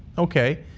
okay.